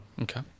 Okay